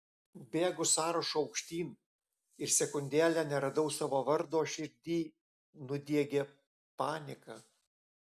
bėgu sąrašu aukštyn ir sekundėlę neradus savo vardo širdį nudiegia panika